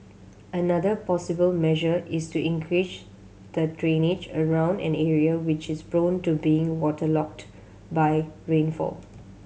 another possible measure is to increase the drainage around an area which is prone to being waterlogged by rainfall